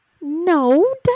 No